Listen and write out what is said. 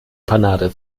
panade